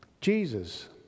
Jesus